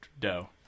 dough